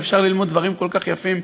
ואפשר ללמוד דברים כל כך יפים.